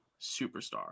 superstar